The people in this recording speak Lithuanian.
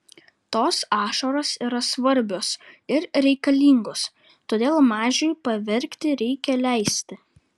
tos ašaros yra svarbios ir reikalingos todėl mažiui paverkti reikia leisti